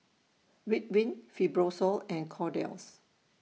Ridwind Fibrosol and Kordel's